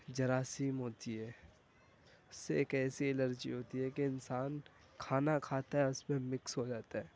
جراثیم ہوتی ہے اس سے ایک ایسی الرجی ہوتی ہے کہ انسان کھانا کھاتا ہے اس میں مکس ہو جاتا ہے